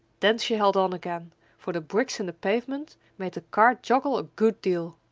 then she held on again for the bricks in the pavement made the cart joggle a good deal.